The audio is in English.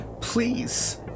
Please